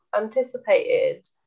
anticipated